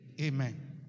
Amen